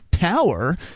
tower